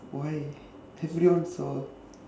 why everyone saw